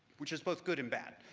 which is both good and bad.